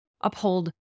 uphold